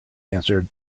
answered